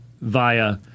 via